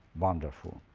wonderful.